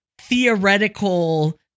theoretical